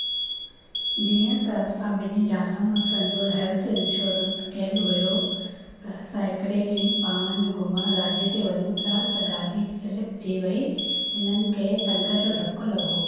जीअं त असां ॿिनि ज़ाल मुड़ुसुनि जो हेल्थ इंश्योरेंस कयलु हुओ त असां हिकिड़े ॾींहं पाण में घुमण गाॾीअ ते वञू पिया त गाॾी स्लिप थी वई हिननि खे टंग जो धकु लॻो